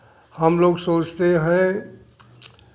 हम लोग सोचते हैं